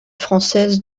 française